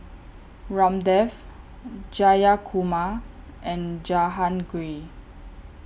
Ramdev Jayakumar and Jehangirr